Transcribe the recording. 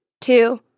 two